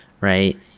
right